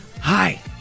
Hi